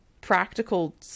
practical